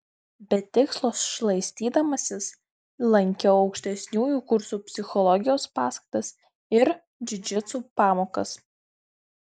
be tikslo šlaistydamasis lankiau aukštesniųjų kursų psichologijos paskaitas ir džiudžitsu pamokas